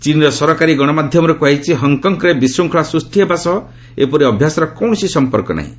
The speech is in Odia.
ଚୀନ୍ର ସରକାରୀ ଗଣମାଧ୍ୟମରେ କୁହାଯାଇଛି ହଙ୍ଗ୍କଙ୍ଗ୍ରେ ବିଶୂଙ୍ଗଳା ସୃଷ୍ଟି ହେବା ସହ ଏପରି ଅଭ୍ୟସର କୌଣସି ସମ୍ପର୍କ ନାହିଁ